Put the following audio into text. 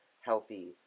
healthy